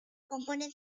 compone